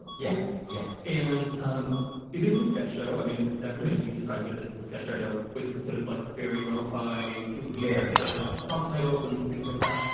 yes. yeah. and um it is a sketch show. i mean, it's exactly as you described it. it's a sketch show with the sort of like very low fi built, very high level subtitles and things like that.